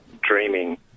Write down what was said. dreaming